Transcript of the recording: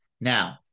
Now